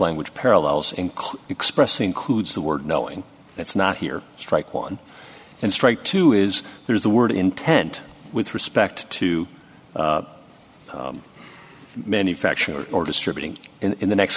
language parallels and express includes the word knowing it's not here strike one and strike two is there is the word intent with respect to the manufacturer or distributing in the next